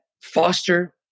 foster